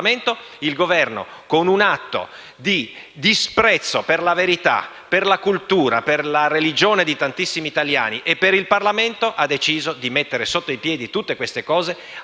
Il Governo, con un atto di disprezzo per la verità, per la cultura, per la religione di tantissimi italiani e per il Parlamento, ha deciso di mettere sotto i piedi tutto questo astenendosi